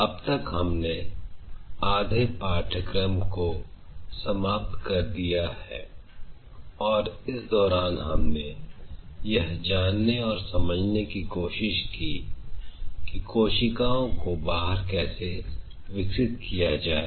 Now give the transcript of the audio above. अब तक हमने आधे पाठ्यक्रम को समाप्त कर दिया और इस दौरान हमने यह जानने और समझने की कोशिश की कोशिकाओं को बाहर कैसे विकसित किया जाए